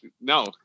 No